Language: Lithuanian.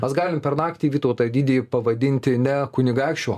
mes galim per naktį vytautą didįjį pavadinti ne kunigaikščiu